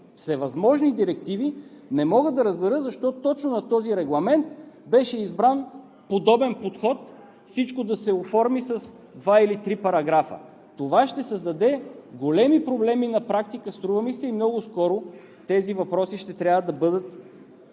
всевъзможни директиви, не мога да разбера защо точно за този регламент беше избран подобен подход всичко да се оформи с два или три параграфа? Това, струва ми, се ще създаде големи проблеми на практика и много скоро тези въпроси ще трябва да бъдат